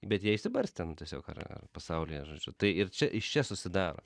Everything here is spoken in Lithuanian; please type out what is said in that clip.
bet jie išsibarstę nu tiesiog ar ar pasaulyje žodžiu tai ir čia iš čia susidaro